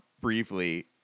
briefly